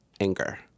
anger